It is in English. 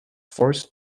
forced